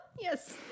Yes